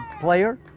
player